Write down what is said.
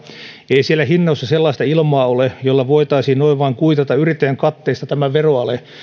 ei siellä hinnoissa sellaista ilmaa ole jolla voitaisiin noin vain kuitata yrittäjän katteesta tämä veroale